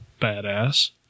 Badass